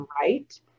right